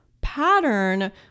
pattern